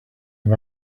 him